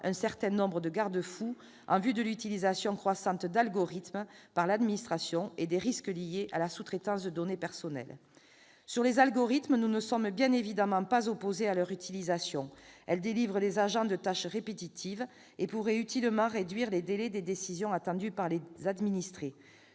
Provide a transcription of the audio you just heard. un certain nombre de garde-fous en vue de l'utilisation croissante d'algorithmes par l'administration et des risques liés à la sous-traitance de données personnelles. S'agissant des algorithmes, nous ne sommes bien évidemment pas opposés à leur utilisation : elle délivre les agents de tâches répétitives et pourrait utilement réduire les délais des décisions attendues par les administrés.